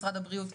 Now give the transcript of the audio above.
משרד הבריאות,